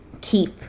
keep